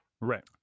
Right